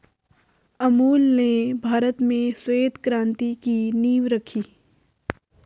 अमूल ने भारत में श्वेत क्रान्ति की नींव रखी